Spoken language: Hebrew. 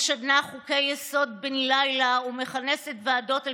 משנה חוקי-יסוד בן לילה ומכנסת ועדות על